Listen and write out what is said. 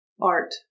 art